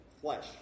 flesh